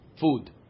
food